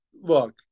look